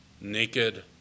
naked